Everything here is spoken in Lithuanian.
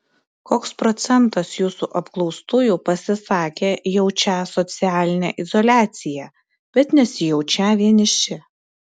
koks procentas jūsų apklaustųjų pasisakė jaučią socialinę izoliaciją bet nesijaučią vieniši